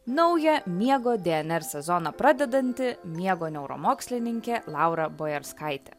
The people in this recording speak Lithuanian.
naują miego dnr sezoną pradedanti miego neuromokslininkė laura bojarskaitė